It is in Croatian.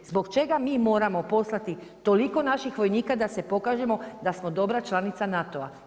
Zbog čega mi moramo poslati toliko naših vojnika da se pokažemo da smo dobra članica NATO-a.